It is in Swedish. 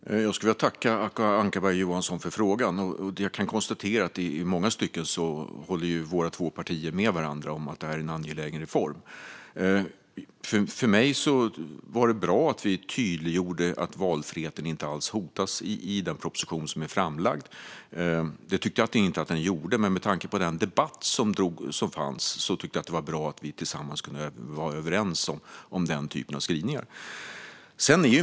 Fru talman! Jag vill tacka Acko Ankarberg Johansson för frågan. Jag konstaterar att våra två partier i många stycken håller med varandra om att det här är en angelägen reform. Det var bra att vi tydliggjorde att valfriheten inte alls hotas i den proposition som har lagts fram. Det tyckte jag inte att den gjorde, men med tanke på den debatt som fanns var det bra att vi tillsammans kunde komma överens om den typen av skrivningar.